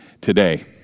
today